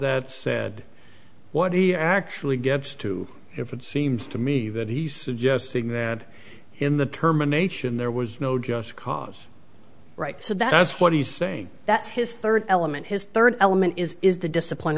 that said what he actually gets to if it seems to me that he's suggesting that in the term a nation there was no just cause right so that's what he's saying that's his third element his third element is is the discipline